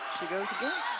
she goes again.